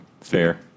fair